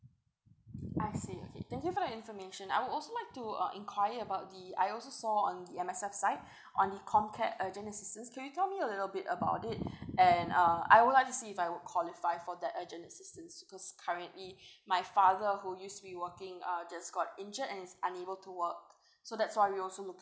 I see okay thank you for the information I would also like to uh inquire about the I also saw on the M_S_F site on the comcare urgent assistance can you tell me a little bit about it and uh I would like to see if I will qualify for the urgent assistance cause currently my father who used to be working uh just got injured and is unable to work so that's why we're also looking